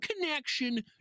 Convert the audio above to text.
connection